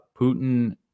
Putin